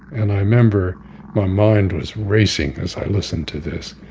and i remember my mind was racing as i listened to this.